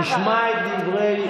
נשמע את דברי האמת שלך.